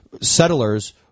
settlers